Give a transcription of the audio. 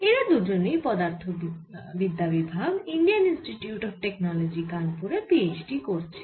এরা দুজনেই পদার্থবিদ্যা বিভাগ ইন্ডিয়ান ইন্সটিটিউট অফ টেকনোলজি কানপুরে পি এইচ ডি করছে